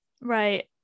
Right